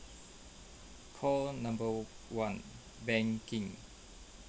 call number one banking